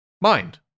mind